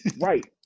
Right